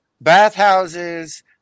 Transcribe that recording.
bathhouses